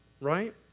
right